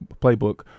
Playbook